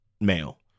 male